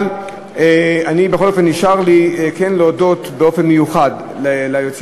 אבל בכל אופן נשאר לי כן להודות באופן מיוחד ליועצת